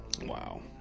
wow